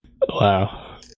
Wow